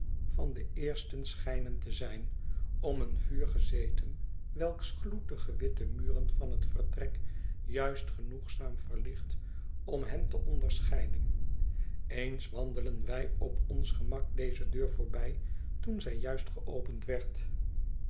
van den eersten schijnen te zijn om een vuur gezeten welks gloed de gewitte muren van het vertrek juist genoegzaam verlicht om hen te onderscheiden eens wandelden wij op ons gemak deze deur voorbij toen zij juist geopend werd